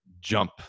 jump